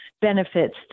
Benefits